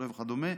וכדומה,